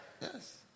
Yes